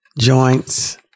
joints